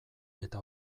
eta